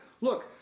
look